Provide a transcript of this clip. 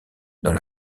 dans